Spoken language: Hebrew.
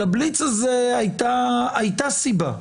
לבליץ הזה הייתה סיבה.